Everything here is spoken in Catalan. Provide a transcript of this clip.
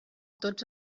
tots